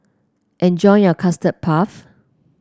enjoy your Custard Puff